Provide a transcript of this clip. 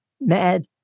Mad